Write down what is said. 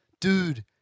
Dude